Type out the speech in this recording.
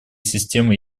системы